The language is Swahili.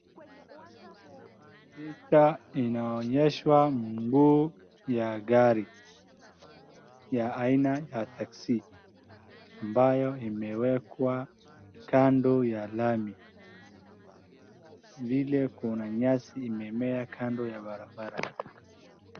Picha inaonyeshwa mguu ya gari ya aina ya texi ambayo imewekwa kando ya lami vile kuna nyasi imemea kando ya barabara.